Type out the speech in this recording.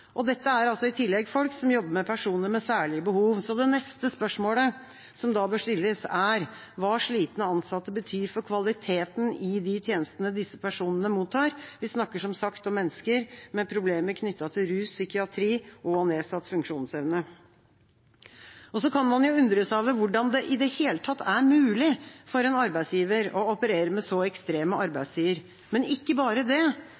Og dette er i tillegg folk som jobber med personer med særlige behov. Det neste spørsmålet som da bør stilles, er hva slitne ansatte betyr for kvaliteten i de tjenestene disse personene mottar. Vi snakker som sagt om mennesker med problemer knyttet til rus, psykiatri og nedsatt funksjonsevne. Så kan man jo undre seg over hvordan det i det hele tatt er mulig for en arbeidsgiver å operere med så ekstreme arbeidstider, men ikke bare det